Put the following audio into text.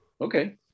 okay